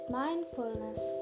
mindfulness